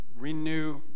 renew